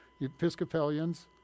Episcopalians